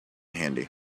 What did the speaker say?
handy